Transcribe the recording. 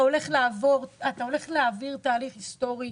אתה הולך להעביר תהליך היסטורי.